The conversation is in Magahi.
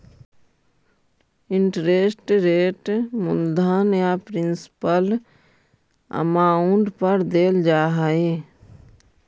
इंटरेस्ट रेट मूलधन या प्रिंसिपल अमाउंट पर देल जा हई